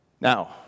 Now